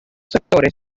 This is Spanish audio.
sectores